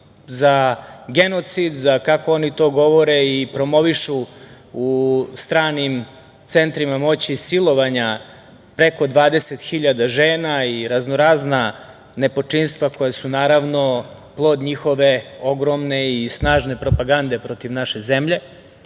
za genocid, kako oni to govore i promovišu u stranim centrima moći, i silovanja preko 20 hiljada žena i raznorazna nepočinstva koja su, naravno, plod njihove ogromne i snažne propagande protiv naše zemlje,